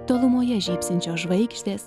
tolumoje žybsinčios žvaigždės